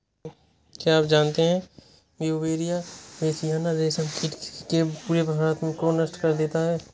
क्या आप जानते है ब्यूवेरिया बेसियाना, रेशम कीट के पूरे शरीर को नष्ट कर देता है